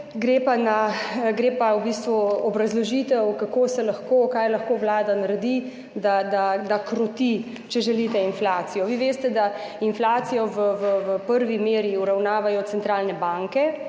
Gre pa v bistvu za obrazložitev, kako se lahko, kaj lahko Vlada naredi, da kroti, če želite, inflacijo. Vi veste, da inflacijo v prvi meri uravnavajo centralne banke.